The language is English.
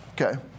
Okay